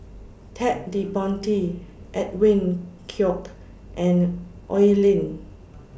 Ted De Ponti Edwin Koek and Oi Lin